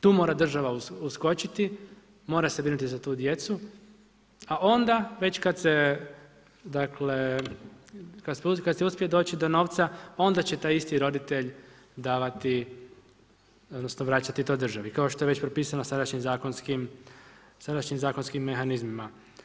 Tu mora država uskočiti, mora se brinuti za tu djecu, a onda već kad se uspije doći do novca, onda će taj isti roditelj davati, odnosno vraćati to državi, kao što je već propisano sadašnjim zakonskim mehanizmima.